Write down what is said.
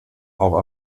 auch